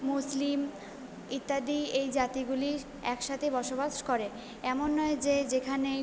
মুসলিম ইত্যাদি এই জাতিগুলি একসাথে বসবাস করে এমন নয় যে যেখানে